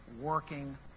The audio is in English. working